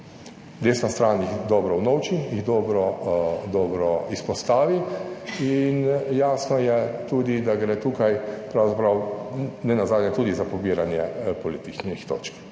Desna stran jih dobro unovči, jih dobro, dobro izpostavi in jasno je tudi, da gre tukaj pravzaprav nenazadnje tudi za pobiranje političnih točk,